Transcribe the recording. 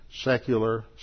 secular